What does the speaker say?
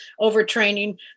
overtraining